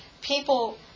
people